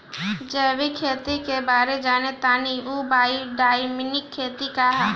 जैविक खेती के बारे जान तानी पर उ बायोडायनमिक खेती का ह?